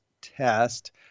test